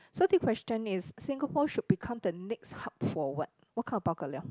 so this question is Singapore should become the next hub for what what kind of pau ka liao